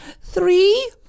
three